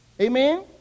Amen